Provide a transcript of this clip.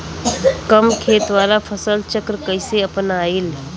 कम खेत वाला फसल चक्र कइसे अपनाइल?